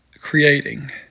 creating